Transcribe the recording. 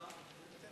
השר